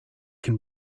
can